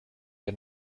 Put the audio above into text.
der